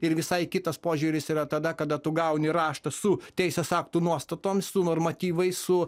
ir visai kitas požiūris yra tada kada tu gauni raštą su teisės aktų nuostatoms su normatyvais su